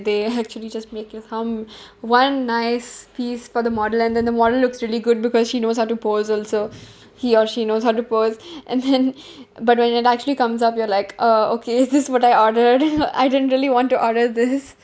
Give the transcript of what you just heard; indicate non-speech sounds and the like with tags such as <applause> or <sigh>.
they actually just make us um <breath> one nice piece for the model and then the model looks really good because she knows how to pose also he or she knows how to pose <breath> and then <laughs> <breath> but when it actually comes up you're like oh okay is this what I ordered I didn't really want to order this